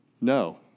No